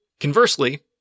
Conversely